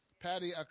Patty